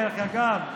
דרך אגב,